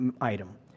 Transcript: item